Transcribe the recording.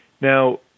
Now